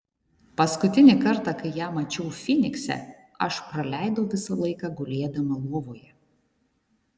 paskutinį kartą kai ją mačiau fynikse aš praleidau visą laiką gulėdama lovoje